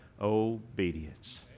obedience